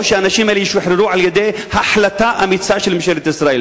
או שהאנשים ישוחררו על-ידי החלטה אמיצה של ממשלת ישראל?